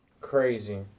Crazy